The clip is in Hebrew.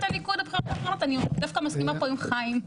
הליכוד בבחירות האחרונות אני דווקא מסכימה פה עם חיים.